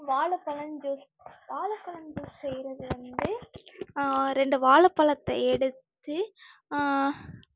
வாழைப்பளம் juice வாழைப்பளம் juice செய்யறது வந்து ரெண்டு வாழைப்பளத்த எடுத்து